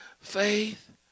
faith